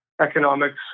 economics